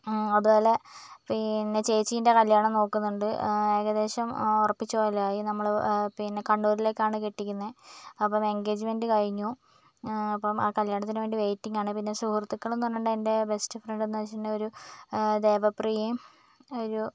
അതുപോലെ പിന്നെ ചേച്ചിയുടെ കല്യാണം നോക്കുന്നുണ്ട് ഏകദേശം ഉറപ്പിച്ച പോലെയായി നമ്മൾ പിന്നെ കണ്ണൂരിലേക്ക് ആണ് കെട്ടിക്കുന്നത് അപ്പം എൻഗേജ്മെൻറ് കഴിഞ്ഞു അപ്പം കല്യാണത്തിന് വേണ്ടി വെയിറ്റിംഗ് ആണ് പിന്നെ സുഹൃത്തുക്കളെന്ന് പറഞ്ഞിട്ടുണ്ടെങ്കിൽ എൻ്റെ ബെസ്ററ് ഫ്രണ്ട് എന്ന് വെച്ചിട്ടുണ്ടെങ്കിൽ ഒരു ദേവപ്രിയയും ഒരു